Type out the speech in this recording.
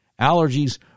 allergies